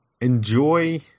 enjoy